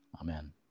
Amen